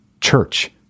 church